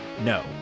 No